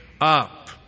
up